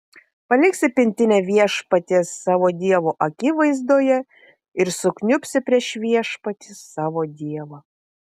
paliksi pintinę viešpaties savo dievo akivaizdoje ir sukniubsi prieš viešpatį savo dievą